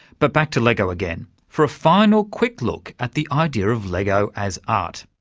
but back to lego again for a final quick look at the idea of lego as art.